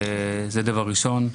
זה דבר ראשון.